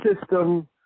system